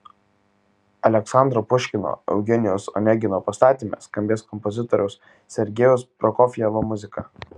aleksandro puškino eugenijaus onegino pastatyme skambės kompozitoriaus sergejaus prokofjevo muzika